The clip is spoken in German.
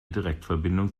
direktverbindung